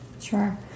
Sure